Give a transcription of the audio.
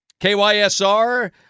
KYSR